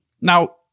Now